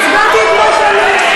הצבעת את מה שאמרו לך.